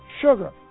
Sugar